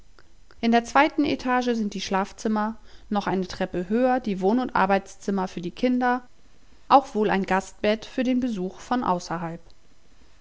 in der zweiten etage sind die schlafzimmer noch eine treppe höher die wohn und arbeitszimmer für die kinder auch wohl ein gastbett für besuch von außerhalb